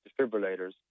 defibrillators